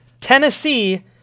Tennessee